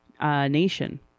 Nation